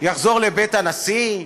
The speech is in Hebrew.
יחזור לבית הנשיא,